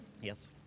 Yes